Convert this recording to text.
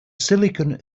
silicon